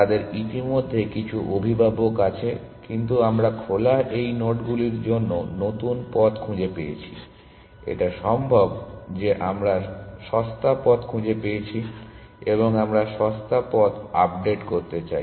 তাদের ইতিমধ্যে কিছু অভিভাবক আছে কিন্তু আমরা খোলা এই নোডগুলির জন্য একটি নতুন পথ খুঁজে পেয়েছি এটা সম্ভব যে আমরা সস্তা পথ খুঁজে পেয়েছি এবং আমরা সস্তা পথ আপডেট করতে চাই